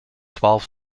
twaalf